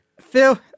Phil